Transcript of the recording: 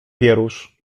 wierusz